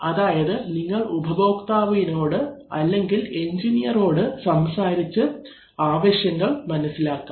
അതായത് നിങ്ങൾ ഉപഭോക്താവിനോട് അല്ലെങ്കിൽ എഞ്ചിനീയറോട് സംസാരിച്ച് ആവശ്യങ്ങൾ മനസ്സിലാകും